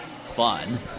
fun